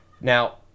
Now